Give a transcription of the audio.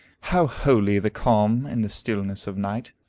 how holy the calm, in the stillness of night,